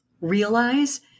realize